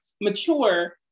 mature